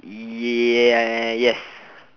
yes